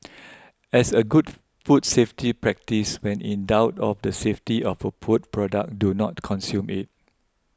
as a good food safety practice when in doubt of the safety of a food product do not consume it